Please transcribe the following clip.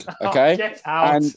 Okay